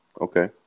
Okay